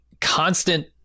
constant